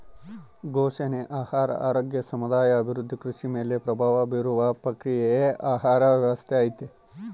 ಪೋಷಣೆ ಆಹಾರ ಆರೋಗ್ಯ ಸಮುದಾಯ ಅಭಿವೃದ್ಧಿ ಕೃಷಿ ಮೇಲೆ ಪ್ರಭಾವ ಬೀರುವ ಪ್ರಕ್ರಿಯೆಯೇ ಆಹಾರ ವ್ಯವಸ್ಥೆ ಐತಿ